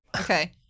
Okay